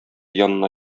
янына